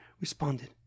responded